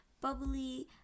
bubbly